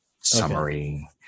summary